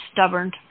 stubborn